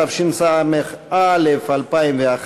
התשס"א 2001,